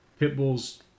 Pitbull's